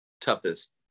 toughest